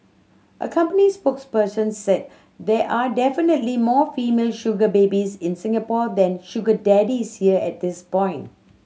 a company spokesperson said there are definitely more female sugar babies in Singapore than sugar daddies here at this point